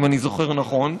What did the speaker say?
אם אני זוכר נכון,